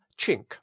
chink